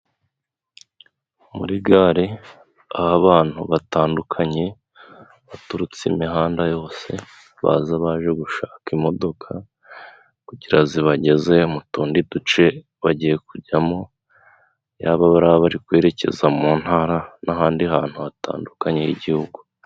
Muri gare, aho abantu batandukanye baturutse imihanda yose baza baje gushaka imodoka ,kugira zibageze mu tundi duce bagiye kujyamo, yaba bari kwerekeza mu ntara n'ahandi hantu hatandukanye h'igihugu.